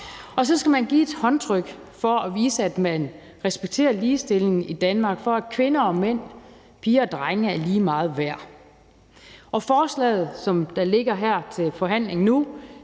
og så skal man give et håndtryk for at vise, at man respekterer ligestillingen i Danmark, med hensyn til at kvinder og mænd og piger og drenge er lige meget værd. Forslaget, der ligger her til forhandling nu,